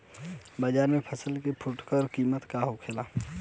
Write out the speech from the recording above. बाजार में फसल के फुटकर कीमत का होखेला?